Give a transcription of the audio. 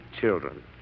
children